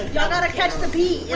y'all got to catch the beat. yeah